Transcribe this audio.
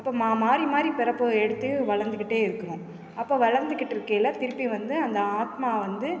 அப்போ மா மாறி மாறி பிறப்பு எடுத்து வளர்ந்துக்கிட்டே இருக்கணும் அப்போது வளர்ந்துக்கிட்டி இருக்கயில் திருப்பி வந்து அந்த ஆத்மா வந்து